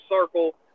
circle